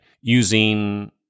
using